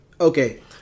Okay